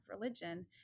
religion